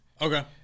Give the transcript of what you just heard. Okay